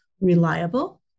reliable